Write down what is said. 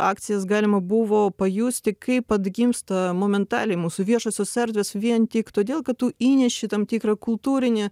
akcijas galima buvo pajusti kaip atgimsta momentaliai mūsų viešosios erdvės vien tik todėl kad tu įneši tam tikrą kultūrinį